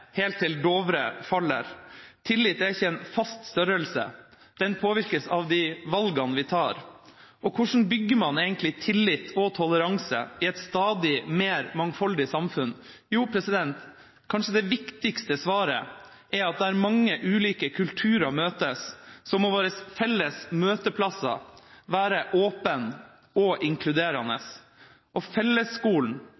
helt til Dovre faller. Tillit er ikke en fast størrelse. Den påvirkes av de valgene vi tar. Hvordan bygger man egentlig tillit og toleranse i et stadig mer mangfoldig samfunn? Kanskje det viktigste svaret er at der mange ulike kulturer møtes, må våre felles møteplasser være åpne og